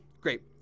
Great